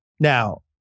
Now